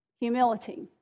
humility